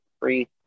free